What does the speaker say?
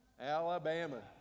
alabama